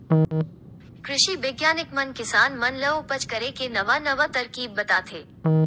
कृषि बिग्यानिक मन किसान मन ल उपज करे के नवा नवा तरकीब बताथे